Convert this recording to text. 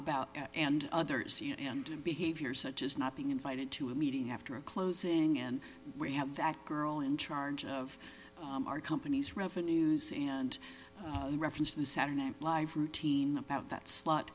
about and others and behavior such as not being invited to a meeting after closing and we have that girl in charge of our company's revenues and reference the saturday night live routine about that slot